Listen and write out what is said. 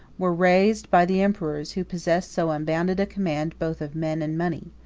were raised by the emperors, who possessed so unbounded a command both of men and money.